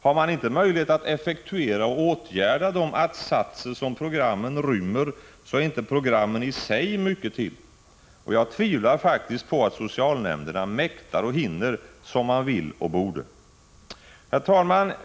Har man inte möjlighet att effektuera och åtgärda de att-satser som programmen rymmer, är inte programmen i sig mycket att ha. Jag tvivlar faktiskt på att socialnämnderna mäktar och hinner som man vill och borde. Herr talman!